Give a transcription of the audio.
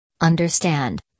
Understand